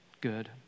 good